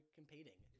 competing